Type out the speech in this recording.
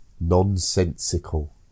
Nonsensical